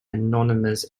anonymous